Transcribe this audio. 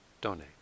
donate